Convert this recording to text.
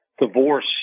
divorce